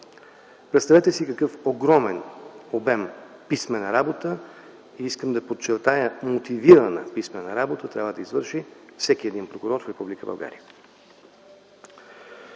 Представете си какъв огромен обем писмена работа – искам да подчертая, мотивирана писмена работа, трябва да извърши всеки един прокурор в